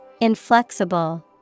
Inflexible